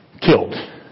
killed